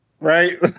Right